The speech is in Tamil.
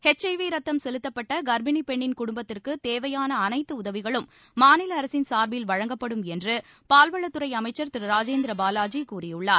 ஹெச் ஐ வி ரத்தம் செலுத்தப்பட்ட கா்ப்பிணி பெண்ணின் குடும்பத்திற்கு தேவையான அனைத்து உதவிகளும் மாநில அரசின் சார்பில் வழங்கப்படும் என்று பால்வளத்துறை அமைச்சர் திரு ராஜேந்திர பாலாஜி கூறியுள்ளார்